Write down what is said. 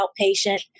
outpatient